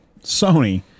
Sony